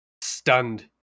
stunned